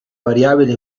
variabile